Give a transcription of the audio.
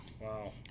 Wow